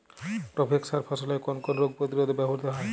Provex সার ফসলের কোন কোন রোগ প্রতিরোধে ব্যবহৃত হয়?